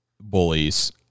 bullies